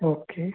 okay